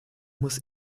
muss